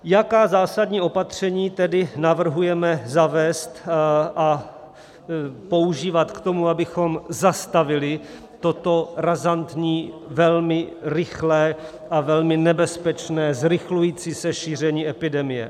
Jaká zásadní opatření tedy navrhujeme zavést a používat k tomu, abychom zastavili toto razantní, velmi rychlé a velmi nebezpečné zrychlující se šíření epidemie?